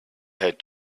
had